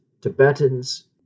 Tibetans